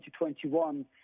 2021